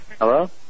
Hello